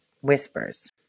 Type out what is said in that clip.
whispers